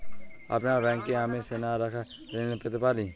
আপনার ব্যাংকে কি আমি সোনা রেখে ঋণ পেতে পারি?